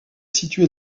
située